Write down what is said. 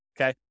okay